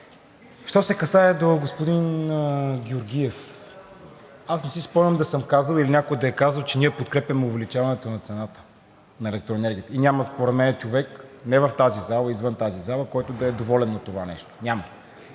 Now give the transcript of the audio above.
Що се касае до господин Георгиев. Аз не си спомням да съм казал или някой да е казал, че ние подкрепяме увеличаването на цената на електроенергията. Няма според мен човек – не в тази зала, извън тази зала, който да е доволен от това нещо. Няма!